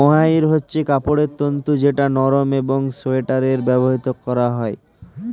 mohair হচ্ছে কাপড়ের তন্তু যেটা নরম একং সোয়াটারে ব্যবহার করা হয়